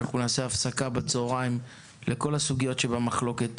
נעשה הפסקה בצוהריים לכל הסוגיות שבמחלוקת.